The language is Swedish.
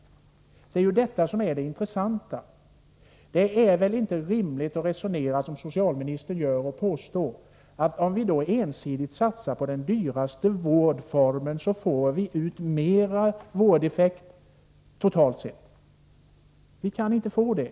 Det är ju detta som är det intressanta. Det är inte rimligt att resonera som socialministern gör och påstå, att om vi ensidigt satsar på den dyraste vårdformen, får vi ut mera i fråga om vårdeffekt totalt sett. Vi kan inte få det.